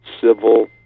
civil